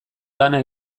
lana